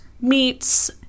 meats